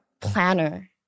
planner